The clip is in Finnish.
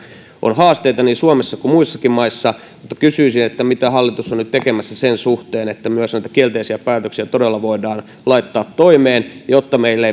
on haasteita niin suomessa kuin muissakin maissa kysyisin mitä hallitus on nyt tekemässä sen suhteen että myös noita kielteisiä päätöksiä todella voidaan laittaa toimeen jotta meille